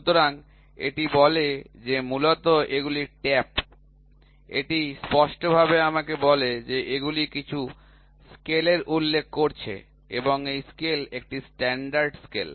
সুতরাং এটি বলে যে মূলত এগুলি ট্যাপ এটি স্পষ্টভাবে আমাকে বলে যে এগুলি কিছু স্কেলের উল্লেখ করছে এবং এই স্কেল একটি স্ট্যান্ডার্ড স্কেল